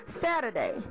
Saturday